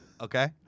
Okay